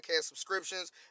subscriptions